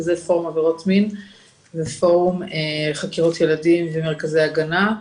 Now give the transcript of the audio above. וזה פורום עבירות מין ופורום חקירות ילדים ומרכזי הגנה.